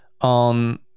on